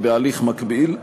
ובהליך מקביל.